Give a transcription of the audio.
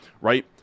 right